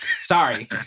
Sorry